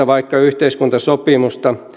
vaikka yhteiskuntasopimusta